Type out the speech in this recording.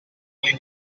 been